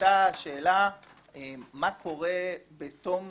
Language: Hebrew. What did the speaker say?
היתה שאלה מה קורה בתום